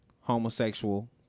homosexual